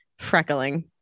Freckling